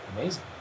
amazing